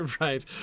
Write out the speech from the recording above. right